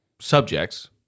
subjects